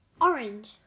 Orange